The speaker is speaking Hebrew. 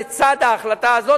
לצד ההחלטה הזאת,